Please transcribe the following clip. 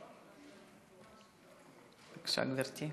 בבקשה, גברתי.